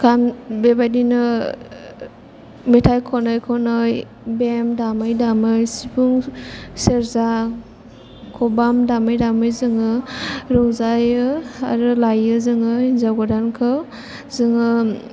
गान बेबायदिनो मेथाय खनै खनै बेम दामै दामै सिफुं सेरजा खबाम दामै दामै जों रंजायो आरो लायो जों हिन्जाव गोदानखौ जों